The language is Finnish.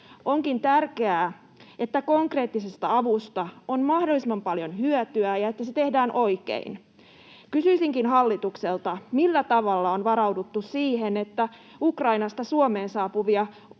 Onkin tärkeää, että konkreettisesta avusta on mahdollisimman paljon hyötyä ja että se tehdään oikein. Kysyisinkin hallitukselta: millä tavalla on varauduttu siihen, että Ukrainasta Suomeen saapuvia